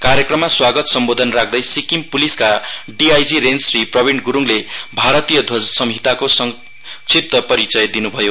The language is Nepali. कार्यक्रममा स्वागत सम्बोधन राख्दै सिक्किम पुलिसका डीआईजी रेञ्ज श्री प्रविण गुरूङले भारतीय ध्वज संहिताको संक्षिप्त परिचय दिनुभयो